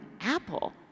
apple